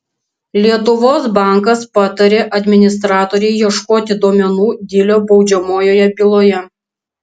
lietuvos bankas patarė administratorei ieškoti duomenų dilio baudžiamojoje byloje